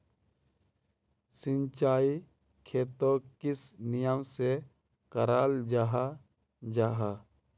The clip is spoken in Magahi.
सिंचाई खेतोक किस नियम से कराल जाहा जाहा?